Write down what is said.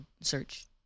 search